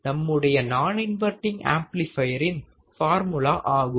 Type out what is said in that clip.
இதுவே நம்முடைய நான் இன்வர்டிங் ஆம்ப்ளிபையரின் ஃபார்முலா ஆகும்